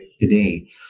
today